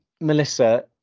Melissa